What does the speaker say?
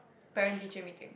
parent teacher meeting